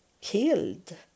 killed